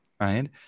right